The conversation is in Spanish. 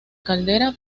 caldera